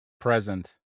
Present